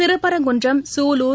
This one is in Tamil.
திருப்பரங்குள்றம் சூலூர்